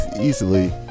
easily